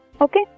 Okay